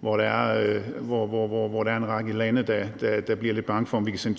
hvor der er en række lande, der bliver lidt bange for, om vi kan stoppe